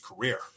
career